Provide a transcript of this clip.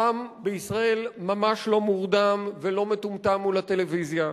העם בישראל ממש לא מורדם ולא מטומטם מול הטלוויזיה.